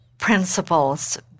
principles